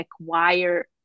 acquire